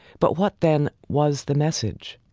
but what, then, was the message?